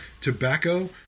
Tobacco